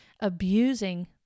abusing